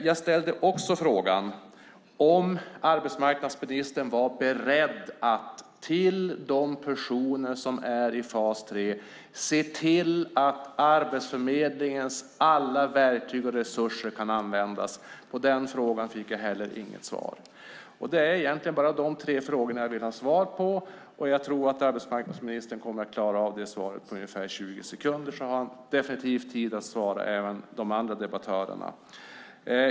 Den tredje frågan jag ställde var: Är arbetsmarknadsministern beredd att se till att Arbetsförmedlingens alla verktyg och resurser kan användas för de personer som är i fas 3? På den frågan fick jag heller inget svar. Det är egentligen bara de tre frågorna jag vill ha svar på. Jag tror att arbetsmarknadsministern kommer att klara av det svaret på ungefär 20 sekunder, så han har definitivt tid att svara även de andra debattörerna.